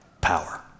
power